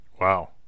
Wow